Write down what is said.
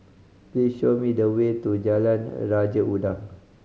please show me the way to Jalan Raja Udang